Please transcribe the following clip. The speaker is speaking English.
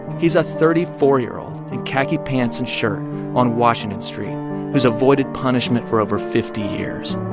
he's a thirty four year old in khaki pants and shirt on washington street who's avoided punishment for over fifty years